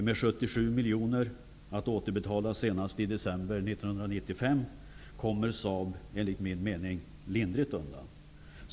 Med 77 miljoner att återbetala senast i december 1995 kommer Saab enligt min mening lindrigt undan.